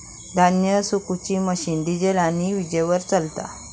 धान्य सुखवुची machine diesel आणि वीजेवर चलता